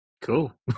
cool